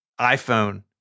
iPhone